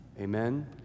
Amen